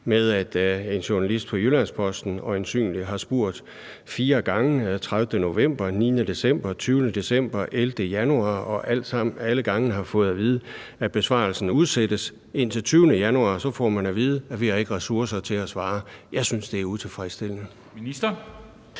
med, at en journalist fra Jyllands-Posten øjensynlig har spurgt fire gange, nemlig den 30. november, den 9. december, den 20. december og den 11. januar, og alle gange har fået at vide, at besvarelsen blev udsat indtil den 20. januar, og så har man fået at vide, at der ikke var ressourcer til at svare. Jeg synes, det er utilfredsstillende. Kl.